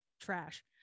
trash